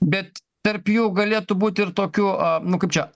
bet tarp jų galėtų būti ir tokių nu kaip čia